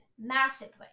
massively